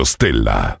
Stella